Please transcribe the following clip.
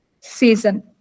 Season